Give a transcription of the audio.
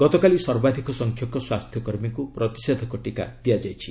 ଗତକାଲି ସର୍ବାଧିକ ସଂଖ୍ୟକ ସ୍ୱାସ୍ଥ୍ୟକର୍ମୀଙ୍କୁ ପ୍ରତିଷେଧକ ଟିକା ଦିଆଯାଇଛି